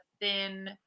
thin